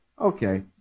Okay